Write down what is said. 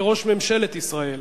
כראש ממשלת ישראל,